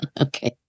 Okay